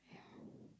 ya